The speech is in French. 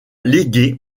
légué